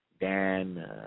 Dan